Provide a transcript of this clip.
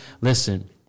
Listen